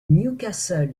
newcastle